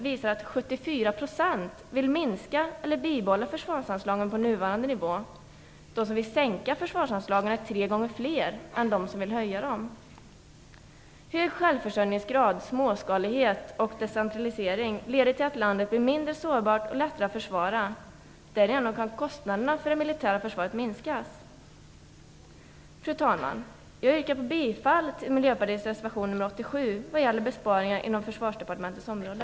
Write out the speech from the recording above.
vill minska eller bibehålla försvarsanslagen på den nuvarande nivån. De som vill sänka försvarsanslagen är tre gånger fler än de som vill höja dem. Hög självförsörjningsgrad, småskalighet och decentralisering leder till att landet blir mindre sårbart och lättare att försvara. Därigenom kan kostnaderna för det militära försvaret minskas. Fru talman! Jag yrkar bifall till Miljöpartiets reservation nr 87 vad gäller besparingar inom Försvarsdepartementets område.